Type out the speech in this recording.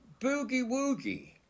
boogie-woogie